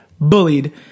bullied